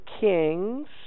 Kings